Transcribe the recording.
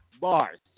bars